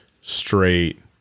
straight